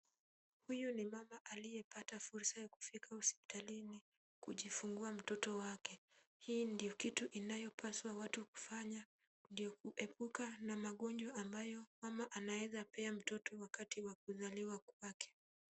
Huyu ni mama aliyepata fursa kufika hospitalini kujifungua mtoto wake. Hii ndio kitu inayopaswa watu kufanya ndio kuepuka na magonjwa ambayo mama anaweza pea mtoto wakati wa kuzaliwa kwake.